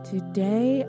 Today